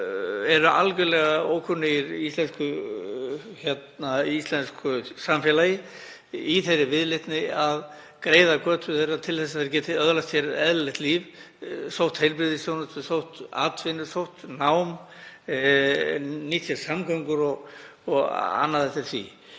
eru algerlega ókunnugir íslensku samfélagi í þeirri viðleitni að greiða götu þeirra til þess að þeir geti öðlast eðlilegt líf, sótt heilbrigðisþjónustu, sótt atvinnu, sótt nám, nýtt sér samgöngur og annað eftir því.